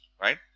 Right